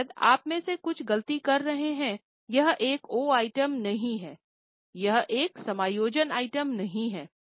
शायद आप में से कुछ गलती कर रहे हैं यह एक ओ आइटम नहीं है यह एक समायोजन आइटम नहीं है